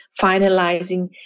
finalizing